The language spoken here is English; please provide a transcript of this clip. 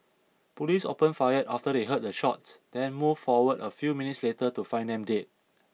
police opened fire after they heard the shots then moved forward a few minutes later to find them dead